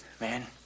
man